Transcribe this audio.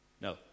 No